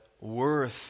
worth